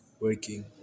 working